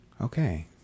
Okay